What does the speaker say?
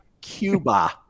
Cuba